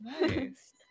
Nice